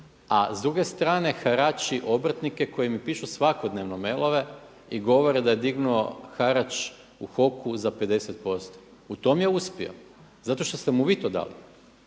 a s druge strane harači obrtnike koji mi pišu svakodnevno mailove i govore da je dignuo harač u HOK-u za 50%, u tome je uspio zato što ste mu vi to dali.